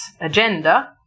agenda